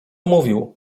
mówił